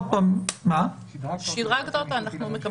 שדרגת אותנו.